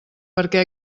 perquè